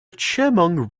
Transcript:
chemung